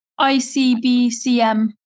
ICBCM